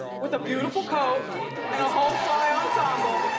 with a beautiful coat. and a whole fly ensemble.